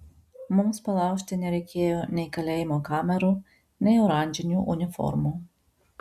mums palaužti nereikėjo nei kalėjimo kamerų nei oranžinių uniformų